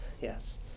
Yes